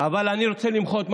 אבל אני רוצה למחות.